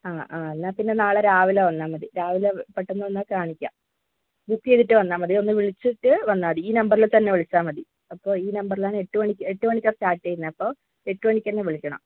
ആ ആ എന്നാൽ പിന്നെ നാളെ രാവിലെ വന്നാൽ മതി രാവിലെ പെട്ടെന്ന് വന്നാൽ കാണിക്കാം ബുക്ക് ചെയ്തിട്ട് വന്നാൽ മതി ഒന്ന് വിളിച്ചിട്ട് വന്നാൽ മതി ഈ നമ്പറിൽ തന്നെ വിളിച്ചാൽ മതി അപ്പോൾ ഈ നമ്പറിലാണ് എട്ടുമണിക്ക് എട്ടുമണിക്കാണ് സ്റ്റാർട്ട് ചെയ്യുന്നത് അപ്പോൾ എട്ട് മണിക്ക് തന്നെ വിളിക്കണം